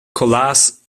colas